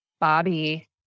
Bobby